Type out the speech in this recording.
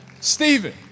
Stephen